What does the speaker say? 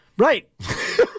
Right